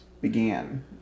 began